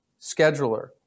scheduler